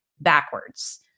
backwards